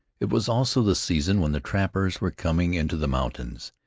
it was also the season when the trappers were coming into the mountains,